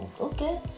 okay